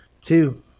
two